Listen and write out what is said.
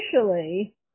initially